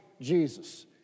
Jesus